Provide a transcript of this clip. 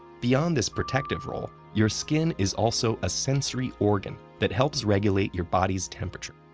beyond this protective role, your skin is also a sensory organ that helps regulate your body's temperature,